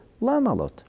lamalot